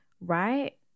right